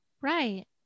Right